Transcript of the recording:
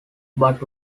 but